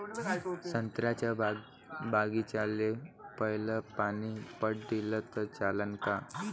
संत्र्याच्या बागीचाले पयलं पानी पट दिलं त चालन का?